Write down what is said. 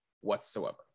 whatsoever